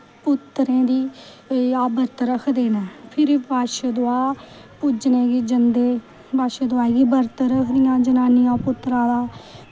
पुत्तरें दी जाद च रक्खदे नै फिर बच्छ दुआह् पूजने गी जंदे बच्छ दुआह् गी बर्त रखदियां जनानियां पुत्तरा दा